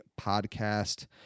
podcast